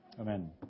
Amen